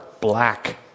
black